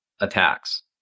attacks